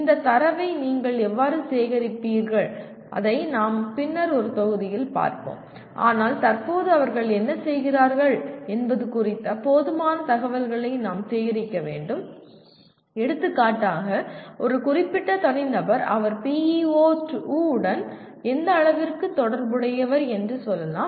இந்தத் தரவை நீங்கள் எவ்வாறு சேகரிப்பீர்கள் அதை நாம் பின்னர் ஒரு தொகுதியில் பார்ப்போம் ஆனால் தற்போது அவர்கள் என்ன செய்கிறார்கள் என்பது குறித்த போதுமான தகவல்களை நாம் சேகரிக்க வேண்டும் எடுத்துக்காட்டாக ஒரு குறிப்பிட்ட தனிநபர் அவர் PEO2 உடன் எந்த அளவிற்கு தொடர்புடையவர் என்று சொல்லலாம்